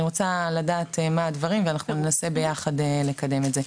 אני רוצה לדעת מה הדברים וננסה ביחד לקדם את זה.